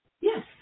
Yes